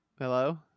Hello